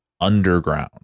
underground